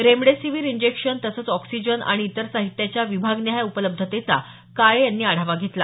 remdesivir injection तसंच oxygen आणि इतर साहित्याच्या विभागनिहाय उपलब्धतेचा काळे यांनी आढावा घेतला